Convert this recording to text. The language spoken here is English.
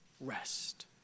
rest